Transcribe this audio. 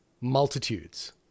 multitudes